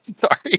Sorry